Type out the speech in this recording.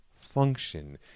function